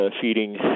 feeding